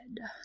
head